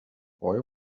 boy